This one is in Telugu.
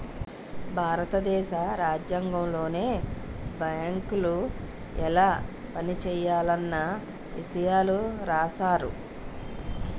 భారత దేశ రాజ్యాంగంలోనే బేంకులు ఎలా పనిజేయాలన్న ఇసయాలు రాశారు